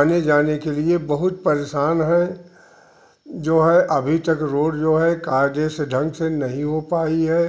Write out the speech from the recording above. आने जाने के लिए बहुत परेशान हैं जो है अभी तक रोड जो है कायदे से ढंग से नहीं हो पाई है